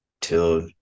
till